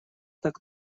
так